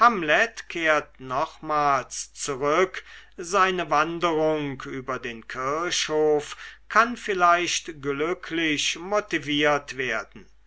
kehrt nochmals zurück seine wanderung über den kirchhof kann vielleicht glücklich motiviert werden